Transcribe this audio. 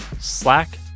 Slack